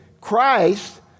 Christ